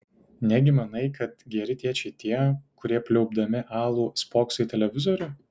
negi manai kad geri tėčiai tie kurie pliaupdami alų spokso į televizorių